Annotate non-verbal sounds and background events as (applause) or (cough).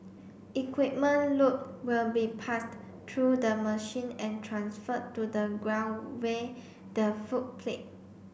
equipment load will be passed through the machine and transferred to the ground (unintelligible) the footplate